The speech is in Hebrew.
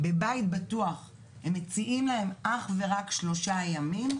בבית בטוח הם מציעים להם אך ורק שלושה ימים,